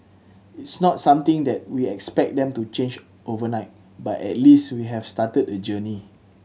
it's not something that we expect them to change overnight but at least we have started a journey